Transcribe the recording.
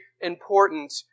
important